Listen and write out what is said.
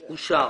ההצעה אושרה.